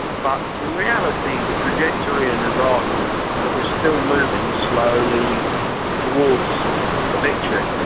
but in reality the trajectory in iraq is that we're still moving slowly towards a victory.